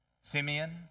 Simeon